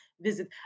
visit